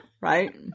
right